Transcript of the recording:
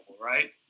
right